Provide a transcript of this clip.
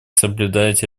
соблюдать